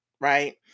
right